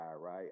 right